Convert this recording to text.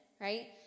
right